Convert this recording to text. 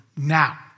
Now